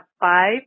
five